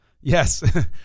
Yes